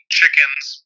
chicken's